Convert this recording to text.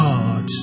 God